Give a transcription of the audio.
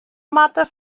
moatte